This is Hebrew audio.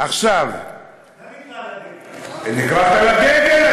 מה נקרא לדגל?